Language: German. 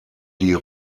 die